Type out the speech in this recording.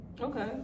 okay